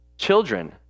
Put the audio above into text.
children